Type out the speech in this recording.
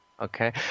Okay